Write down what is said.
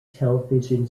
television